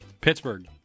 Pittsburgh